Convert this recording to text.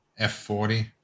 F40